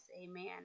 amen